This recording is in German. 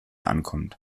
ankommt